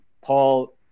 Paul